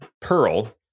pearl